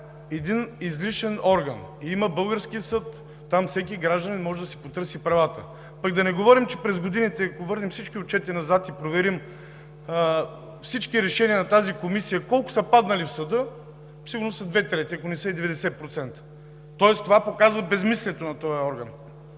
един излишен орган. Има български съд и там всеки български гражданин може да си потърси правата. Да не говорим, че през годините, ако върнем всички отчети назад и проверим всички решения на тази комисия, колко са паднали в съда – сигурно са две трети, ако не са и 90%. Тоест това показва безсмислието на този орган.